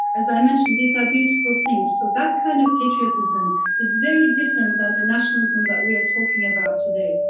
as i mentioned, these are beautiful things. so that kind of patriotism is very different than the nationalism that we are talking about today.